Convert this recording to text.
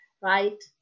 right